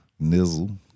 Nizzle